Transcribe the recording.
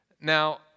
now